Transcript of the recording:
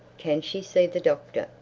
can she see the doctor,